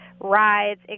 rides